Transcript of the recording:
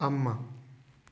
ꯑꯃ